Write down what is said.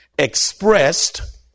Expressed